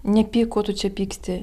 nepyk ko tu čia pyksti